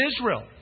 Israel